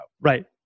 Right